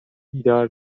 بیدار